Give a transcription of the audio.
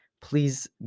please